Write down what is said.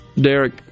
Derek